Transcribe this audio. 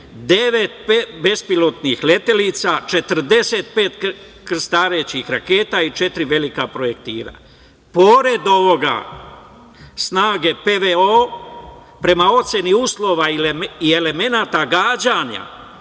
bez pilotnih letelica, 45 krstarećih raketa i četiri velika projektila. Pored ovog, snage PVO prema oceni uslova i elemenata gađanja